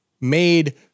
made